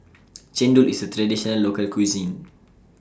Chendol IS A Traditional Local Cuisine